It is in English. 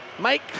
Mike